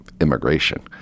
immigration